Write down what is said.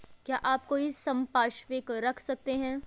क्या आप कोई संपार्श्विक रख सकते हैं?